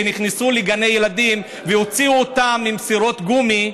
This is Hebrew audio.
כשנכנסו לגני ילדים והוציאו אותם עם סירות גומי,